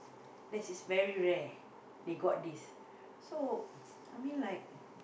that is very rare they got this so I mean like